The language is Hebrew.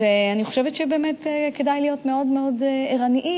ואני חושבת שבאמת כדאי להיות מאוד מאוד ערניים.